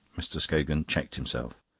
mr. scogan checked himself.